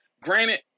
Granted